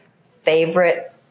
favorite